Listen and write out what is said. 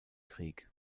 krieg